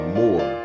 more